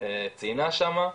ציינה שם.